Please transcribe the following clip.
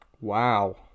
Wow